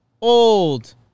old